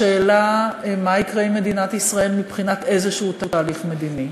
השאלה מה יקרה עם מדינת ישראל מבחינת איזשהו תהליך מדיני,